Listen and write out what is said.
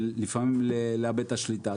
ולפעמים לאבד את השליטה.